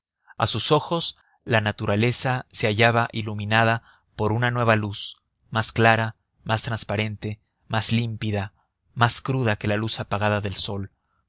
a sus ojos la naturaleza se hallaba iluminada por una nueva luz más clara más transparente más límpida más cruda que la luz apagada del sol